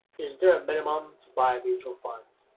is there a minimum to buy mutual funds?